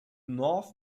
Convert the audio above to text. north